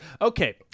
Okay